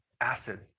acid